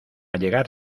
llegar